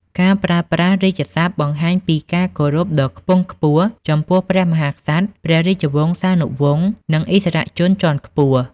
ការប្រើប្រាស់រាជសព្ទបង្ហាញពីការគោរពដ៏ខ្ពង់ខ្ពស់ចំពោះព្រះមហាក្សត្រ ព្រះរាជវង្សានុវង្ស និងឥស្សរជនជាន់ខ្ពស់។